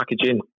packaging